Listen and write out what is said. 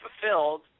fulfilled